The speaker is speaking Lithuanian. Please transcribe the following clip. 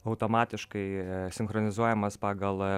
automatiškai sinchronizuojamas pagal